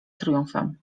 triumfem